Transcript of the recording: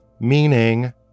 meaning